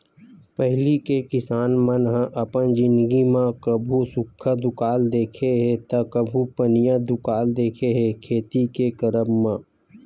पहिली के किसान मन ह अपन जिनगी म कभू सुक्खा दुकाल देखे हे ता कभू पनिहा दुकाल देखे हे खेती के करब म